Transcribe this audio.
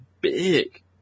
big